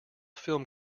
film